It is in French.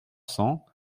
cents